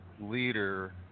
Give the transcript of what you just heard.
leader